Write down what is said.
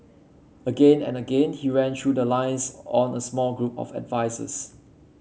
again and again he ran through the lines on a small group of advisers